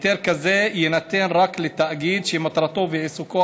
היתר כזה יינתן רק לתאגיד שמטרתו ועיסוקו